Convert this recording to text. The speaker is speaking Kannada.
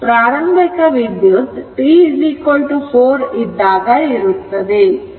ಪ್ರಾರಂಭಿಕ ವಿದ್ಯುತ್ t 4 ಇದ್ದಾಗ ಇರುತ್ತದೆ